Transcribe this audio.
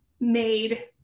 made